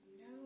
no